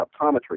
optometry